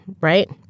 right